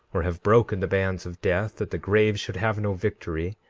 or have broken the bands of death that the grave should have no victory,